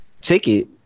ticket